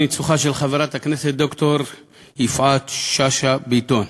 ובניצוחה של חברת הכנסת ד"ר יפעת שאשא ביטון.